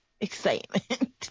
excitement